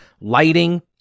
lighting